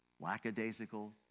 lackadaisical